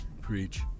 Preach